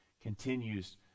continues